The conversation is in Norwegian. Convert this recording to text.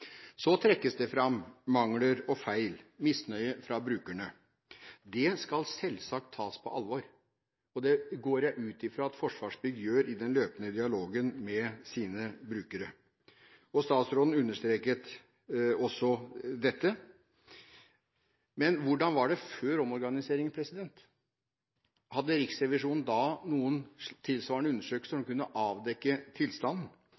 Så trekkes det fram mangler og feil og misnøye fra brukerne. Det skal selvsagt tas på alvor, og det går jeg ut fra at Forsvarsbygg gjør i den løpende dialogen med sine brukere. Statsråden understreket også dette. Men hvordan var det før omorganiseringen? Hadde Riksrevisjonen da noen tilsvarende undersøkelser som kunne avdekke tilstanden?